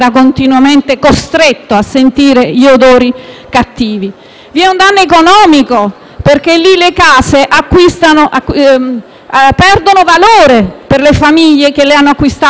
È un danno economico perché in quella realtà le case perdono valore per le famiglie che le hanno acquistate con tanto sacrificio. Il Comune che cosa fa?